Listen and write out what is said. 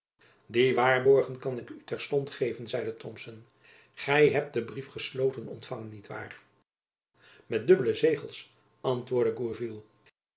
die waarborgen kan ik u terstond geven zeide thomson gy hebt den brief gesloten ontfangen niet waar met dubbele zegels antwoordde